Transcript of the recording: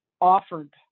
offered